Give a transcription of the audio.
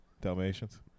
dalmatians